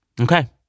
Okay